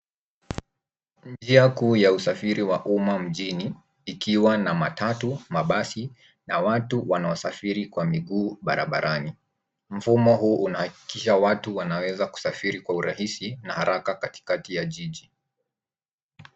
Njia kuu ya usafiri wa umma mjini, ikiwa na matatu , mabasi na watu wanaosafiri kwa miguu barabarani. Mfumo huu unahakikisha watu wanaweza kusafiri kwa urahisi na haraka katikati ya jiji.